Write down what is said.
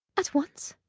at once?